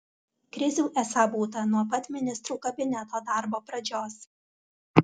krizių esą būta nuo pat ministrų kabineto darbo pradžios